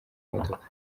modoka